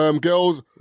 girls